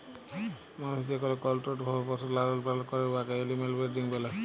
মালুস যেকল কলট্রোল্ড ভাবে পশুর লালল পালল ক্যরে উয়াকে এলিম্যাল ব্রিডিং ব্যলে